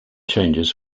changes